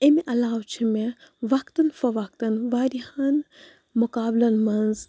امہِ علاوٕ چھِ مےٚ وقتًا فوقتًا واریاہَن مُقابلَن منٛز